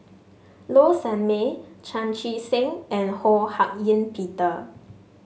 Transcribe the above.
Low Sanmay Chan Chee Seng and Ho Hak Ean Peter